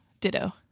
Ditto